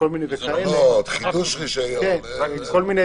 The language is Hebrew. חידוש רישיון וכולי,